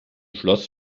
schloß